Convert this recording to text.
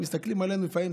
הצופים מסתכלים עלינו לפעמים,